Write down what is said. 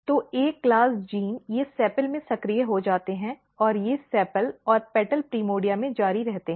तो A class gene ये sepal में सक्रिय हो जाते हैं और ये सेपल और पेटल प्रिमोर्डिया में जारी रहते हैं